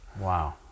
wow